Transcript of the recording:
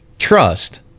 trust